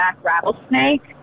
rattlesnake